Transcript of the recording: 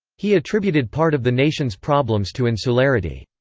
he attributed part of the nation's problems to insularity.